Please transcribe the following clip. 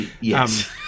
Yes